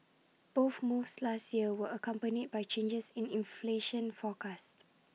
both moves last year were accompanied by changes in inflation forecast